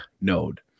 Node